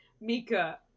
Mika